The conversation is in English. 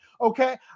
Okay